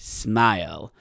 smile